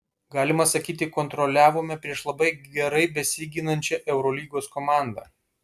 galima sakyti kontroliavome prieš labai gerai besiginančią eurolygos komandą